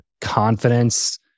confidence